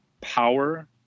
power